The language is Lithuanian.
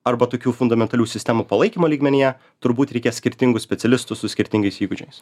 arba tokių fundamentalių sistemų palaikymo lygmenyje turbūt reikia skirtingų specialistų su skirtingais įgūdžiais